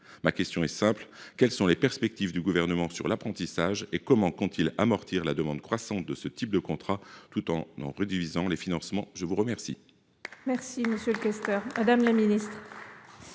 Ma question est simple : quelles sont les perspectives du Gouvernement sur l’apprentissage, et comment compte-t-il amortir la demande croissante de ce type de contrats tout en en réduisant les financements ? La parole